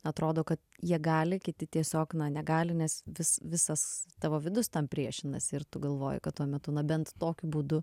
atrodo kad jie gali kiti tiesiog na negali nes vis visas tavo vidus tam priešinasi ir tu galvoji kad tuo metu na bent tokiu būdu